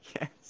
Yes